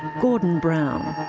gordon brown.